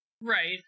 Right